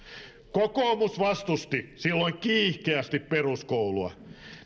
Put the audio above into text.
kokoomus vastusti silloin kiihkeästi peruskoulua